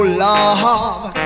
love